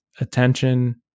attention